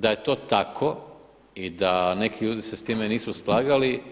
Da je to tako i da neki ljudi se s time nisu slagali